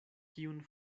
kiun